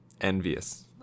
envious